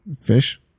Fish